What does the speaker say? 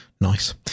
Nice